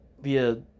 via